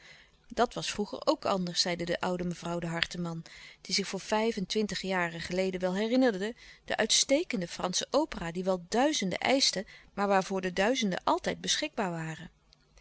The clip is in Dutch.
dat was vroeger ook anders zeide dan de oude mevrouw de harteman die zich voor vijf-en-twintig jaren geleden wel herinnerde de uitstekende fransche opera die wel duizenden eischte maar waarvoor de duizenden altijd beschikbaar waren